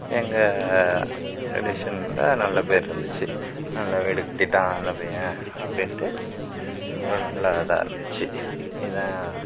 எங்க ரிலேஷன்ல நல்ல பேர் இருந்துச்சு நல்லா வீடு கட்டிட்டான் நல்ல பையன் அப்படின்ட்டு ஒரு நல்ல இதாயிருந்துச்சி இதுதான்